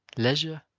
leisure,